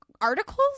articles